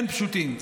אין פשוטים.